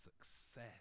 success